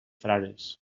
frares